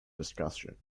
discussion